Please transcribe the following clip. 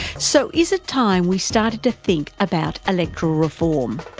so is it time we started to think about electoral reform?